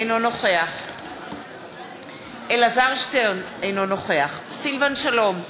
אינו נוכח אלעזר שטרן, אינו נוכח סילבן שלום,